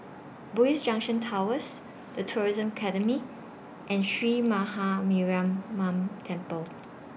Bugis Junction Towers The Tourism Academy and Sree Maha Mariamman Temple